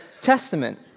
Testament